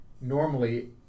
normally